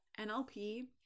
NLP